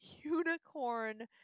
unicorn